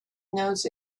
knows